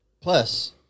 plus